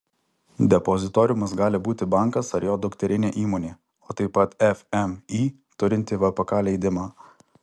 depozitoriumas gali būti bankas ar jo dukterinė įmonė o taip pat fmį turinti vpk leidimą